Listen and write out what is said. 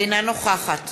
אינה נוכחת